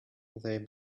they